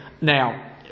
Now